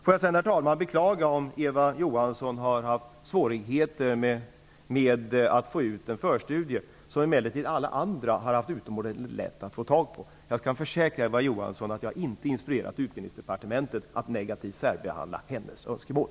Jag vill sedan, herr talman, beklaga om Eva Johansson har haft svårigheter att få ut den förstudie som emellertid alla andra har haft utomordentligt lätt att få tag på. Jag kan försäkra Eva Johansson om att jag inte har instruerat Utbildningsdepartementet att negativt särbehandla hennes önskemål.